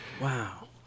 Wow